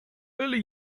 early